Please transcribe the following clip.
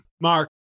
Mark